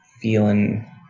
feeling